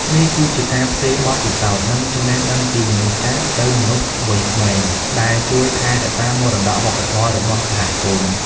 នេះគឺជាការផ្ទេរបទពិសោធន៍ និងចំណេះដឹងពីមនុស្សចាស់ទៅមនុស្សវ័យក្មេង ដែលជួយថែរក្សាមរតកវប្បធម៌របស់សហគមន៍។